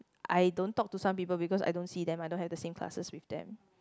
I don't talk to some people because I don't see them I don't have the same classes with them